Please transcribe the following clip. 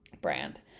brand